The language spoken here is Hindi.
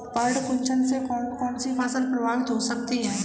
पर्ण कुंचन से कौन कौन सी फसल प्रभावित हो सकती है?